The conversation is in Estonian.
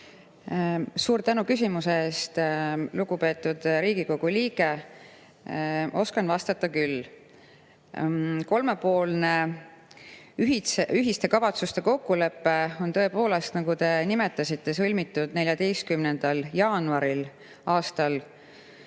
Suur tänu küsimuse eest, lugupeetud Riigikogu liige! Ma oskan vastata küll. Kolmepoolne ühiste kavatsuste kokkulepe on tõepoolest, nagu te nimetasite, sõlmitud 14. jaanuaril aastal